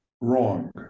wrong